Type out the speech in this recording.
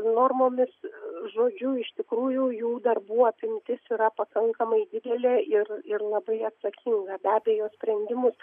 normomis žodžiu iš tikrųjų jų darbų apimtis yra pakankamai didelė ir ir labai atsakinga be abejo sprendimus